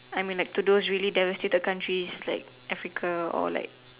I'm in like to those really devastated countries like Africa or like